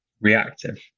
reactive